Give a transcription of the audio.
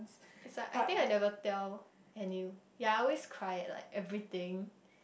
it's like I think I never tell Henew yea I always cry at like everything